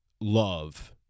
love